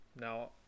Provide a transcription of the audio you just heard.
Now